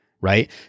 right